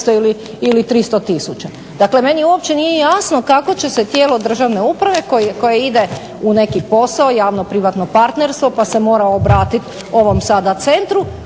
ili 300 tisuća. Dakle meni uopće nije jasno kako će se tijelo državne uprave koje ide u neki posao, javno-privatno partnerstvo pa se mora obratiti ovom sada centru,